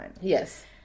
Yes